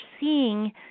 seeing